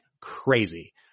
crazy